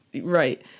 Right